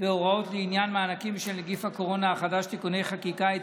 והוראות לעניין מענקים של נגיף הקורונה החדש (תיקוני חקיקה),